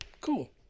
Cool